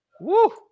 woo